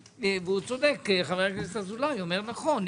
צודק חבר הכנסת אזולאי ואומר נכון.